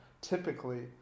typically